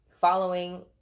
following